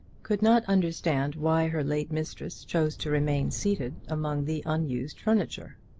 could not understand why her late mistress chose to remain seated among the unused furniture.